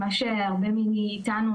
מה שהרבה מאיתנו,